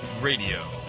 Radio